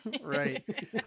right